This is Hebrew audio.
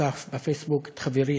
תקף בפייסבוק את חברי,